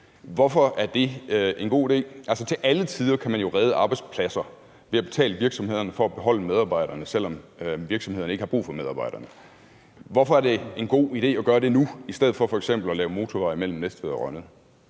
Hvorfor er det en god idé? Altså, til alle tider kan man jo redde arbejdspladser ved at betale virksomhederne for at beholde medarbejderne, selv om virksomhederne ikke har brug for medarbejderne. Hvorfor er det en god idé at gøre det nu i stedet for f.eks. at lave motorvej mellem Næstved og Rønnede?